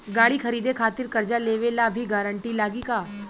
गाड़ी खरीदे खातिर कर्जा लेवे ला भी गारंटी लागी का?